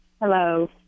Hello